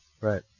Right